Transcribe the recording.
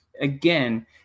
again